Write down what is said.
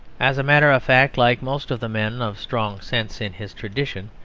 as a matter of fact, like most of the men of strong sense in his tradition,